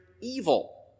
evil